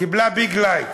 קיבלה ביג "לייק".